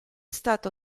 stato